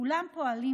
כולם פועלים,